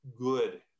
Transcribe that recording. good